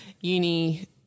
uni